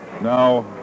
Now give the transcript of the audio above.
Now